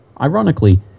Ironically